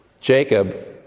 Jacob